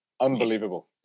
Unbelievable